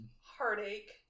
Heartache